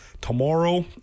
tomorrow